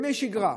ימי שגרה,